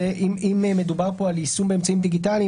אם מדובר פה על יישום באמצעים דיגיטליים,